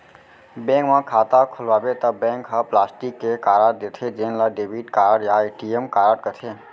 bank म खाता खोलवाबे त बैंक ह प्लास्टिक के कारड देथे जेन ल डेबिट कारड या ए.टी.एम कारड कथें